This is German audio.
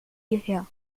hierher